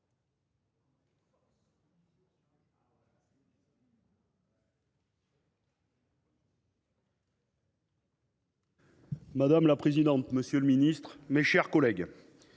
Madame la présidente, madame la ministre, mes chers collègues,